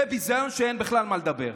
זה ביזיון שאין בכלל על מה לדבר.